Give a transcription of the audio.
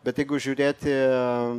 bet jeigu žiūrėti